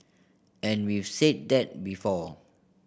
and we've said that before